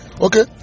okay